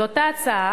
זו אותה הצעה,